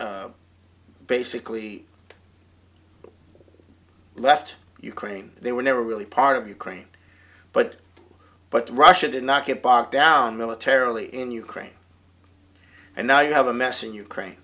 crimea basically left ukraine they were never really part of ukraine but but russia did not get bogged down militarily in ukraine and now you have a mess in ukraine